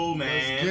man